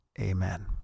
Amen